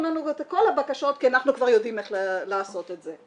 לנו את כל הבקשות כי אנחנו כבר יודעים איך לעשות את זה.